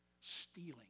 stealing